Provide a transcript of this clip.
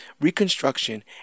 reconstruction